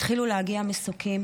התחילו להגיע מסוקים